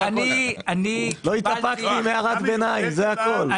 לא התאפקתי עם הערת ביניים, זה הכל.